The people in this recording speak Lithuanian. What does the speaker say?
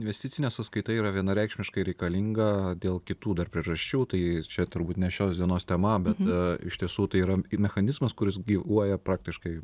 investicinė sąskaita yra vienareikšmiškai reikalinga dėl kitų dar priežasčių tai čia turbūt ne šios dienos tema bet iš tiesų tai yra mechanizmas kuris gyvuoja praktiškai